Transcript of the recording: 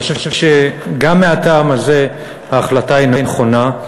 אני חושב שגם מהטעם הזה ההחלטה היא נכונה.